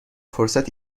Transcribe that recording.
فرصت